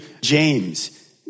James